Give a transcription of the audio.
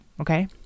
Okay